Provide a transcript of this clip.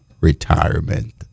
retirement